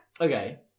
okay